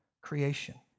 creation